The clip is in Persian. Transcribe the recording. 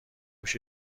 هوش